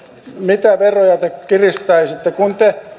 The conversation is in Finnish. mitä veroja te kiristäisitte kun te